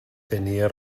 tenia